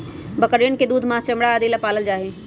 बकरियन के दूध, माँस, चमड़ा आदि ला पाल्ल जाहई